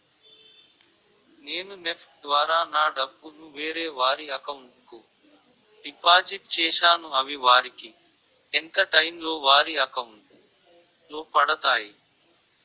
నేను నెఫ్ట్ ద్వారా నా డబ్బు ను వేరే వారి అకౌంట్ కు డిపాజిట్ చేశాను అవి వారికి ఎంత టైం లొ వారి అకౌంట్ లొ పడతాయి?